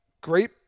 Great